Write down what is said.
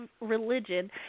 religion